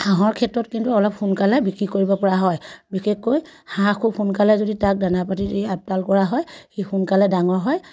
হাঁহৰ ক্ষেত্ৰত কিন্তু অলপ সোনকালে বিক্ৰী কৰিব পৰা হয় বিশেষকৈ হাঁহ খুব সোনকালে যদি তাক দানা পানী দি আপদাল কৰা হয় সি সোনকালে ডাঙৰ হয়